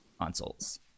consoles